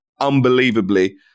unbelievably